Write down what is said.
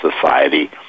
society